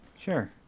Sure